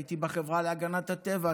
הייתי בחברה להגנת הטבע,